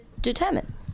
determine